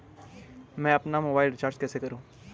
मैं अपना mobile recharge कैसे करूँ?